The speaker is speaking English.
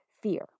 fear